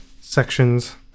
sections